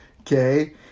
Okay